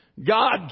God